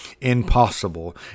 impossible